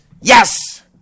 Yes